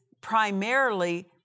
primarily